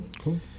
cool